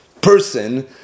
person